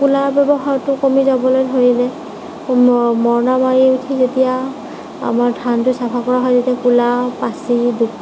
cooler ব্য়ৱহাৰটো কমি যাব ধৰিলে মৰণা মাৰি যেতিয়া আমাৰ ধানটো চাফা কৰা হয় তেতিয়া কুলা পাচি